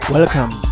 Welcome